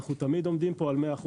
אנחנו תמיד עומדים פה על 100%,